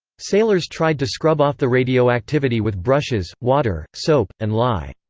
sailors tried to scrub off the radioactivity with brushes, water, soap, and lye.